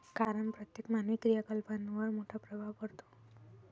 कारण प्रत्येक मानवी क्रियाकलापांवर मोठा प्रभाव पडतो